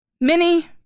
Minnie